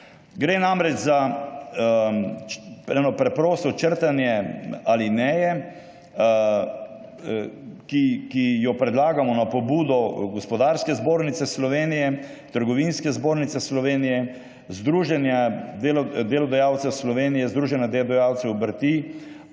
Gre namreč za eno preprosto črtanje alineje, ki jo predlagamo na pobudo Gospodarske zbornice Slovenije, Trgovinske zbornice Slovenije, Združenja delodajalcev Slovenije, Združenja delodajalcev obrti